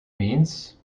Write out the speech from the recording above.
means